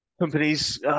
companies